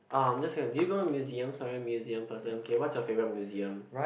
um just gonna do you go to museum sorry museum person okay what's your favourite museum